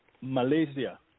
Malaysia